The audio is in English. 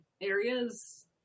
areas